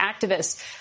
activists